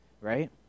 right